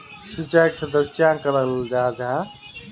सिंचाई खेतोक चाँ कराल जाहा जाहा?